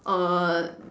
err